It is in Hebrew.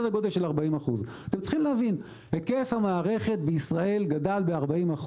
בסדר גודל של 40%. היקף המערכת בישראל גדל ב-40%,